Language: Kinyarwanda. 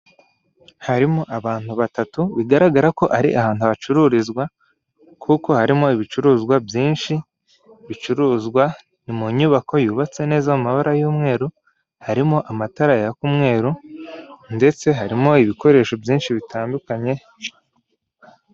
Harimo abantu batatu bigaragara ko ari ahantu hacururizwa kuko harimo ibicuruzwa byinshi, bicuruzwa mu nyubako yubatse neza amabara y'umweru, harimo amatara yaka umweru ndetse harimo ibikoresho byinshi bitandukanye.